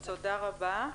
תודה רבה.